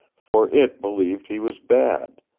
for it believed he was bad,